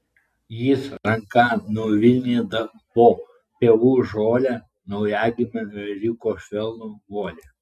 jis ranka nuvilnydavo pievų žolę naujagimio ėriuko švelnų guolį